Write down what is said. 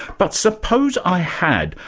but suppose i had,